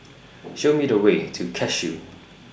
Show Me The Way to Cashew